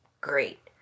great